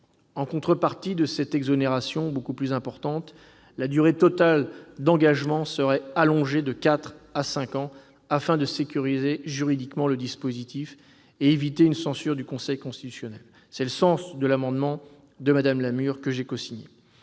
En contrepartie de cette exonération beaucoup plus importante, la durée totale d'engagement serait portée de quatre à cinq ans, afin de sécuriser juridiquement le dispositif et d'éviter une censure du Conseil constitutionnel. Tel est le sens de l'amendement de Mme Lamure, que j'ai cosigné.